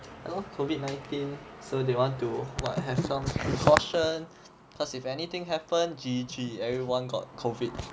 ya lor COVID nineteen so they want to have some precaution cos if anything happen G_G everyone got COVID